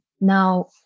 Now